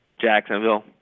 Jacksonville